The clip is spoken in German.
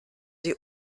sie